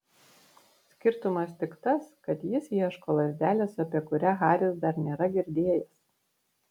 skirtumas tik tas kad jis ieško lazdelės apie kurią haris dar nėra girdėjęs